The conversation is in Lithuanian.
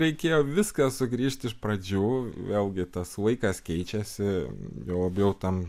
reikėjo viską sugrįžt iš pradžių vėlgi tas laikas keičiasi juo labiau tam